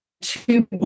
two